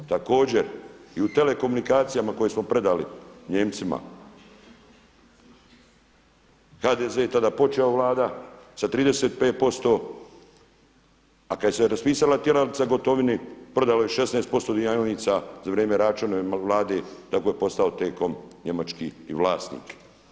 Također i u telekomunikacijama koje smo predali Nijemcima HDZ-e je tada počeo, vlada sa 35%, a kada se raspisala tjeralica Gotovini prodala je 16% dionica za vrijeme Račanove vlade tako je postao TCOM njemački i vlasnik.